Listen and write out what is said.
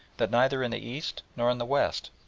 that neither in the east nor in the west,